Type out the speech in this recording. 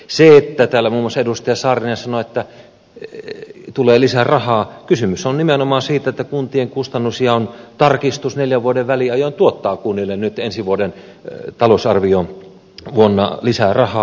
se että täällä muun muassa edustaja saarinen sanoi että tulee lisää rahaa niin kysymys on nimenomaan siitä että kuntien kustannusjaon tarkistus neljän vuoden väliajoin tuottaa kunnille nyt ensi vuoden talousarvioon lisää rahaa